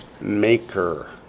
maker